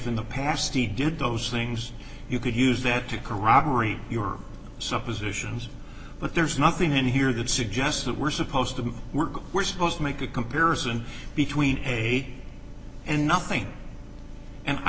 in the past he did those things you could use that to corroborate your suppositions but there's nothing in here that suggests that we're supposed to work we're supposed to make a comparison between eight and nothing and i